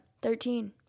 Thirteen